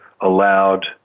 allowed